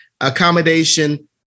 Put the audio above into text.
accommodation